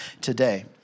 today